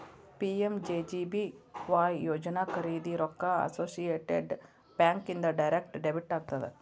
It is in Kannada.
ಪಿ.ಎಂ.ಜೆ.ಜೆ.ಬಿ.ವಾಯ್ ಯೋಜನಾ ಖರೇದಿ ರೊಕ್ಕ ಅಸೋಸಿಯೇಟೆಡ್ ಬ್ಯಾಂಕ್ ಇಂದ ಡೈರೆಕ್ಟ್ ಡೆಬಿಟ್ ಆಗತ್ತ